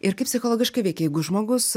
ir kaip psichologiškai veikia jeigu žmogus